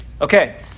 Okay